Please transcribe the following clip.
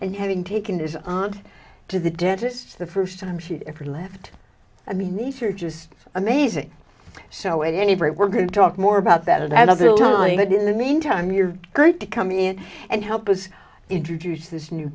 and having taken his on to the dentist the first time she ever left i mean these are just amazing so at any rate we're going to talk more about that and other thing that in the meantime you're going to come in and help was introduce this new